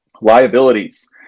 Liabilities